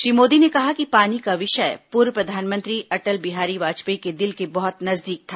श्री मोदी ने कहा कि पानी का विषय पूर्व प्रधानमंत्री अटल बिहारी वाजपेयी के दिल के बहुत नजदीक था